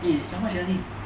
eh some much money